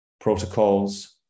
protocols